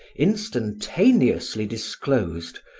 instantaneously disclosed,